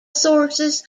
sources